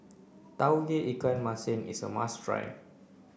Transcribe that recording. Tauge Ikan Masin is a must try